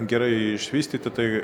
gerai išvystyta tai